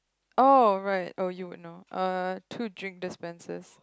oh right oh you wouldn't know two drink dispensers